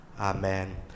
Amen